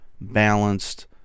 balanced